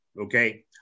okay